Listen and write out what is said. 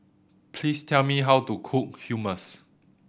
please tell me how to cook Hummus